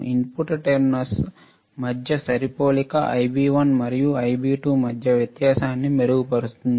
input terminals మధ్య సరిపోలిక Ib1 మరియు Ib2 మధ్య వ్యత్యాసాన్ని మెరుగుపరుస్తుంది